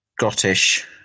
Scottish